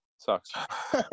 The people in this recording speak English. sucks